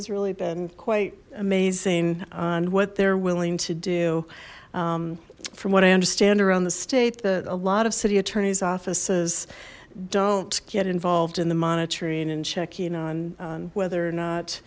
has really been quite amazing on what they're willing to do from what i understand around the state that a lot of city attorneys offices don't get involved in the monitoring and checking on whether or not